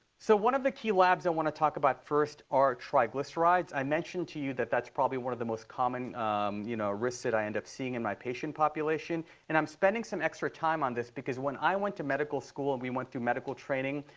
so one of the key labs that i want to talk about first are triglycerides. i mentioned to you that that's probably one of the most common you know risks that i end up seeing in my patient population. and i'm spending some extra time on this because when i went to medical school and we went through medical training,